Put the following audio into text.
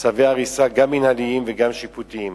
צווי הריסה גם מינהליים וגם שיפוטיים?